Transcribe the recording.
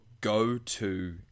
go-to